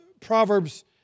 Proverbs